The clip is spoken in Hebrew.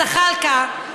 זחאלקה,